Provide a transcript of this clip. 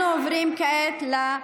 יש תקנון.